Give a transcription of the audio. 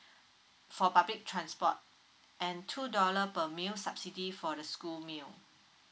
for public transport and two dollar per meal subsidy for the school meal